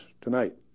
tonight